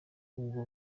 ubwo